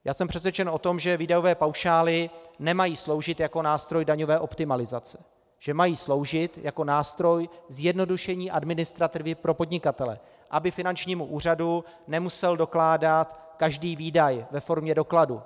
Já jsem přesvědčen o tom, že výdajové paušály nemají sloužit jako nástroj daňové optimalizace, že mají sloužit jako nástroj k zjednodušení administrativy pro podnikatele, aby finančnímu úřadu nemusel dokládat každý výdaj ve formě dokladu.